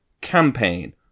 Campaign